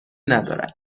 ندارد